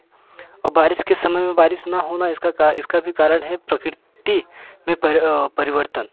और बारिश के समय में बारिश ना होना इसका का इसका भी कारण है प्रकृति में परिवर्तन